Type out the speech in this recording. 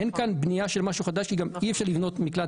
אין כאן בנייה של משהו חדש וגם אי אפשר לבנות מקלט